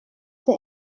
der